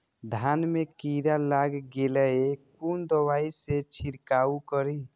धान में कीरा लाग गेलेय कोन दवाई से छीरकाउ करी?